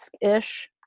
ish